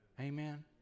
Amen